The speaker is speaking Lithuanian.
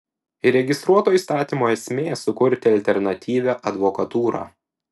įregistruoto įstatymo esmė sukurti alternatyvią advokatūrą